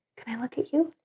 can i look at you?